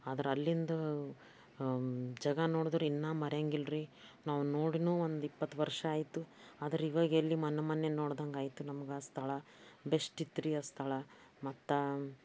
ಆದ್ರೆ ಅಲ್ಲಿಂದು ಜಾಗ ನೋಡಿದರೂ ಇನ್ನೂ ಮರೆಯೋಂಗ್ ಇಲ್ಲ ರೀ ನಾವು ನೋಡಿಯೂ ಒಂದು ಇಪ್ಪತ್ತು ವರ್ಷ ಆಯಿತು ಆದ್ರೆ ಇವಾಗ ಎಲ್ಲಿ ಮೊನ್ನೆ ಮೊನ್ನೆ ನೋಡ್ದಂಗೆ ಆಯಿತು ನಮ್ಗೆ ಆ ಸ್ಥಳ ಬೆಸ್ಟ್ ಇತ್ತು ರೀ ಆ ಸ್ಥಳ ಮತ್ತು